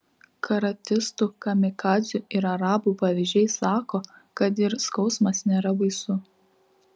karatistų kamikadzių ir arabų pavyzdžiai sako kad ir skausmas nėra baisu